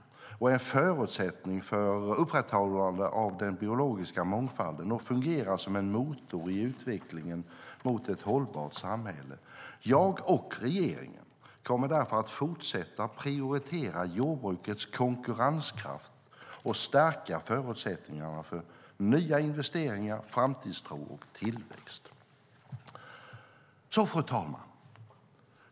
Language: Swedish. Jordbruket är en förutsättning för upprätthållande av den biologiska mångfalden och fungerar som en motor i utvecklingen mot ett hållbart samhälle. Jag och regeringen kommer därför att fortsätta att prioritera jordbrukets konkurrenskraft och stärka förutsättningarna för nya investeringar, framtidstro och tillväxt. Fru talman!